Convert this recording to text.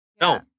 no